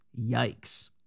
Yikes